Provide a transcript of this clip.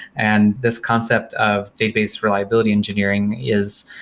and this concept of database reliability engineering is,